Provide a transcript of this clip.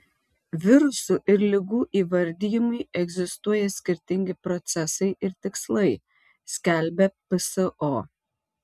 virusų ir ligų įvardijimui egzistuoja skirtingi procesai ir tikslai skelbia pso